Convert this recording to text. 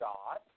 God